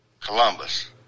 Columbus